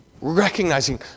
Recognizing